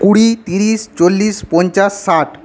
কুড়ি তিরিশ চল্লিশ পঞ্চাশ ষাট